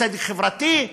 צדק חברתי,